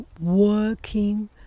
working